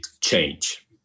change